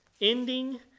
Ending